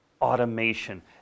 automation